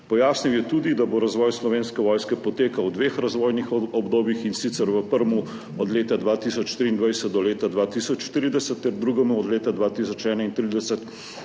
Pojasnil je tudi, da bo razvoj Slovenske vojske potekal v dveh razvojnih obdobjih, in sicer v prvem od leta 2023 do leta 2030 ter drugemu od leta 2031